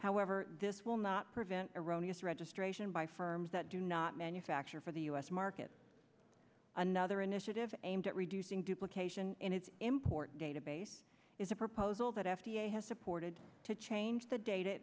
however this will not prevent erroneous registration by firms that do not manufacture for the u s market another initiative aimed at reducing duplications in its import database is a proposal that f d a has supported to change the dat